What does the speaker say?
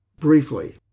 Briefly